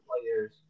players